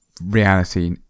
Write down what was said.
reality